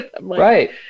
Right